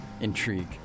intrigue